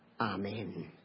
Amen